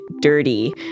dirty